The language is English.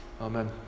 Amen